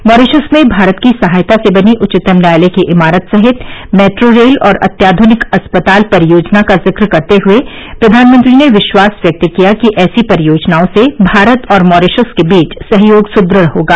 Mauritius में भारत की सहायता से बनी उच्चतम न्यायालय की इमारत सहित मेट्रो रेल और अत्याधनिक अस्पताल परियोजना का जिक्र करते हए प्रधानमंत्री ने विश्वास व्यक्त किया कि ऐसी परियोजनाओं से भारत और मॉरीशस के बीच सहयोग सुद्रढ़ होगा